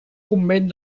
convent